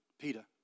Peter